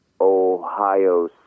Ohio